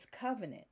covenant